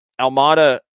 Almada